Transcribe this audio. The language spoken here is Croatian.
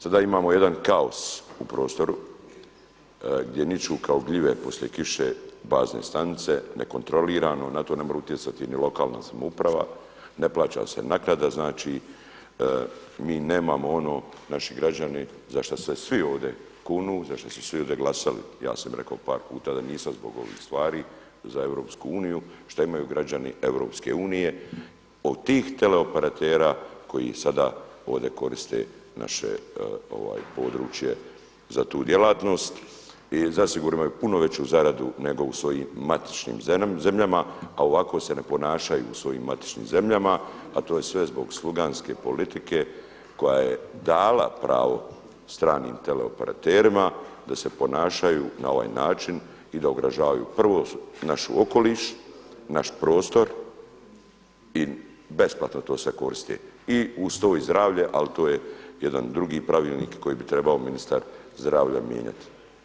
Sada imamo jedan kaos u prostoru gdje niču kao gljive poslije kiše bazne stanice nekontrolirano, na to ne mora utjecati ni lokalna samouprava, ne plaća se naknada, znači mi nemamo ono naši građani za šta se svi ovdje kunu, za šta su svi ovdje glasali, ja sam rekao par puta da nisam zbog ovih stvari za Europsku uniju što imaju građani Europske unije od tih teleoperatera koji sada ovdje koriste naše područje za tu djelatnost i zasigurno je puno veću zaradu nego u svojim matičnim zemljama a ovako se ne ponašaju u svojim matičnim zemljama a to je sve zbog sluganske politike koja je dala pravo stranim teleoperaterima da se ponašaju na ovaj način i da ugrožavaju prvo naš okoliš, naš prostor i besplatno to se koristi i uz to i zdravlje ali to je jedan drugi pravilnik koji bi trebao ministar zdravlja mijenjati.